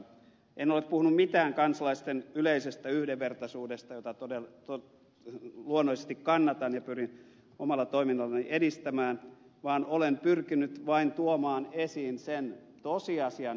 en ole puhunut mitään kansalaisten yleisestä yhdenvertaisuudesta jota luonnollisesti kannatan ja pyrin omalla toiminnallani edistämään vaan olen pyrkinyt vain tuomaan esiin sen tosiasian ed